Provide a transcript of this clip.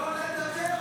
אני יכול לדבר?